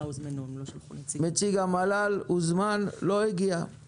נציג המל"ל הוזמן ולא הגיע.